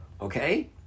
Okay